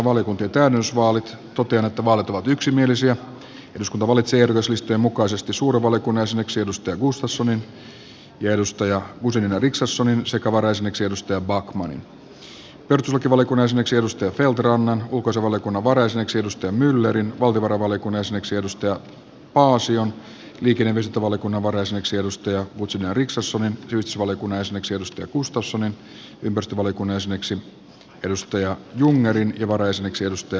totean että vaalit ovat yksimielisiä ja että eduskunta valitsee ehdokaslistojen mukaisesti suuren valiokunnan jäseniksi jukka gustafssonin ja maria guzenina richardsonin sekä varajäseneksi jouni backmanin perustuslakivaliokunnan jäseneksi maarit feldt rannan ulkoasiainvaliokunnan varajäseneksi riitta myllerin valtiovarainvaliokunnan jäseneksi heli paa sion liikenne ja viestintävaliokunnan varajäseneksi maria guzenina richardsonin sivistysvaliokunnan jäseneksi jukka gustafssonin ympäristövaliokunnan jäseneksi mikael jungnerin ja varajäseneksi lusty